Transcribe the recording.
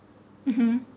mmhmm